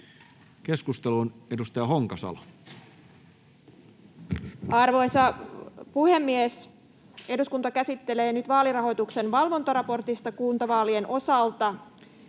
Keskusteluun, edustaja Honkasalo. Arvoisa puhemies! Eduskunta käsittelee nyt vaalirahoituksen valvontaraporttia kuntavaalien osalta.